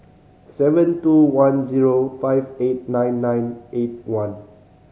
seven two one zero five eight nine nine eight one